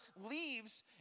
leaves